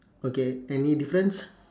okay any difference